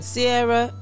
Sierra